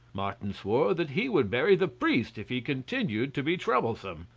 martin swore that he would bury the priest if he continued to be troublesome.